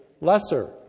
lesser